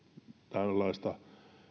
tällaista